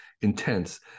intense